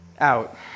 out